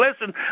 Listen